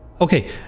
Okay